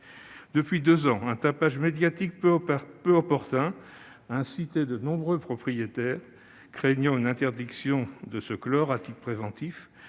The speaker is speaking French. Depuis deux ans, un tapage médiatique peu opportun a incité de nombreux propriétaires, craignant une interdiction, à se clore à titre préventif.